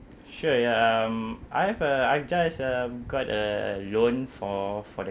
sure ya um I have a I've just um got a loan for for the